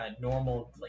normal